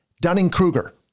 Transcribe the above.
Dunning-Kruger